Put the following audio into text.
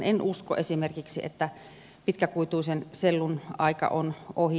en usko esimerkiksi että pitkäkuituisen sellun aika on ohi